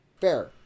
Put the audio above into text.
Fair